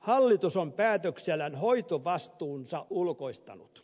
hallitus on päätöksellään hoitovastuunsa ulkoistanut